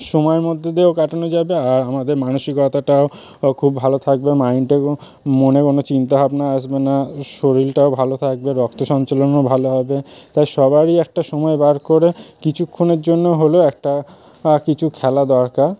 সময়ের মধ্যে দিয়েও কাটানো যাবে আর আমাদের মানসিকতাটাও খুব ভালো থাকবে মাইন্ডটাকেও মনে কোনো চিন্তা ভাবনা আসবে না শরীরটাও ভালো থাকবে রক্ত সঞ্চালনও ভালো হবে তাই সবারই একটা সময় বার করে কিছুক্ষণের জন্য হলেও একটা কিছু খেলা দরকার